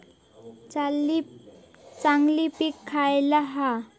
चांगली पीक खयला हा?